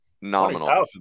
nominal